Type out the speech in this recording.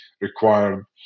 required